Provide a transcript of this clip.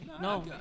No